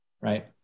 right